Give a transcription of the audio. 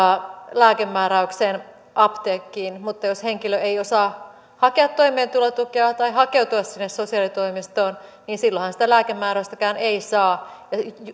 lääkemääräyksen apteekkiin mutta jos henkilö ei osaa hakea toimeentulotukea tai hakeutua sinne sosiaalitoimistoon niin silloinhan sitä lääkemääräystäkään ei saa